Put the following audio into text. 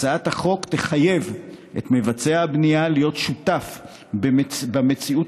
הצעת החוק תחייב את מבצע הבנייה להיות שותף במציאות